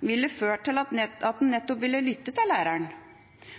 ville føre til at en nettopp ville lytte til læreren,